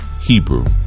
Hebrew